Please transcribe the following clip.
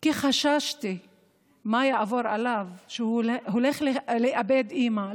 כי חששתי ממה שיעבור עליו אם הוא הולך לאבד אימא.